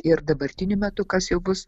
ir dabartiniu metu kas jau bus